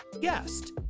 guest